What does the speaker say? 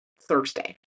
Thursday